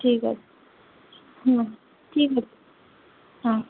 ঠিক আছে হুম ঠিক আছে হুম